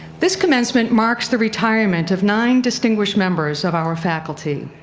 this commencement marks the retirement of nine distinguished members of our faculty.